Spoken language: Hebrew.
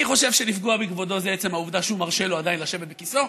אני חושב שלפגוע בכבודו זה עצם העובדה שהוא מרשה לו עדיין לשבת בכיסאו,